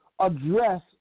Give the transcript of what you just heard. address